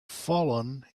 fallen